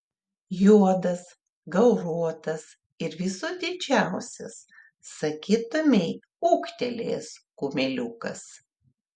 juodas gauruotas ir visų didžiausias sakytumei ūgtelėjęs kumeliukas